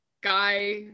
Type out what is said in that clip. guy